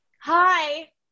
Hi